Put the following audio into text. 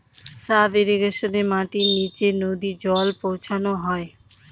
sub ইর্রিগেশনে মাটির নীচে নদী জল পৌঁছানো হয়